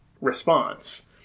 response